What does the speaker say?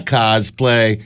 cosplay